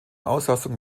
auslastung